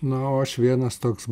na o aš vienas toks